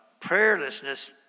Prayerlessness